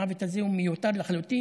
המוות הזה הוא מיותר לחלוטין,